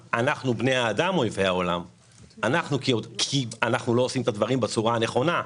בני האדם הם האויב של העולם כי הם לא עושים את הדברים בצורה הנכונה.